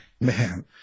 Man